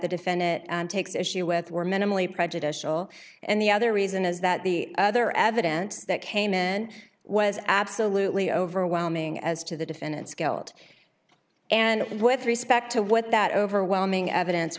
the defendant and takes issue with were minimally prejudicial and the other reason is that the other evidence that came in was absolutely overwhelming as to the defendant's guilt and with respect to what that overwhelming evidence